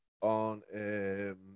on